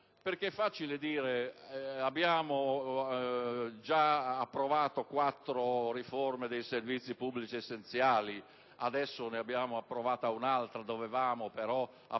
celere. È facile dire che abbiamo già approvato quattro riforme dei servizi pubblici essenziali e che adesso ne abbiamo approvata un'altra; dovevamo però approvarla